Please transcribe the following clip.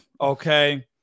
okay